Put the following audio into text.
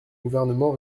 gouvernement